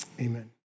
Amen